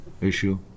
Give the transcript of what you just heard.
issue